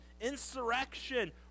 insurrection